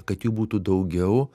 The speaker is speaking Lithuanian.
kad jų būtų daugiau